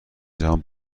جهان